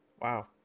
Wow